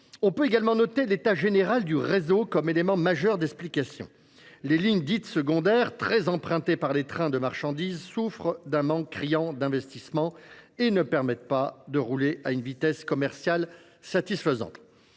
On peut également noter l'état général du réseau comme élément majeur d'explication. Les lignes dites secondaires, très empruntées par les trains de marchandises, souffrent d'un manque criant d'investissement et ne permettent pas de rouler à une vitesse commerciale satisfaisante.